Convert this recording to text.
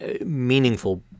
meaningful